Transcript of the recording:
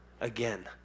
again